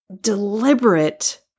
deliberate